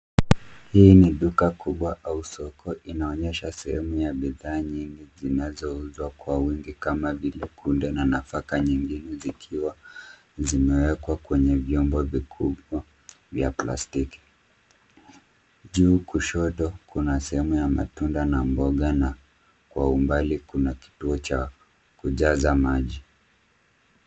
Hii ni duka kubwa au soko inaonyesha sehemu ya bidhaa nyingi zinazouzwa kwa wingi kama vile kunde na nafaka nyingi zikiwa zimewekwa kwenye viombo vikubwa vya plastiki. Juu kushoto kuna sehemu ya matunda na mboga na kwa umbali kuna kituo cha kujaza maji.